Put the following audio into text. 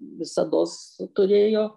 visados turėjo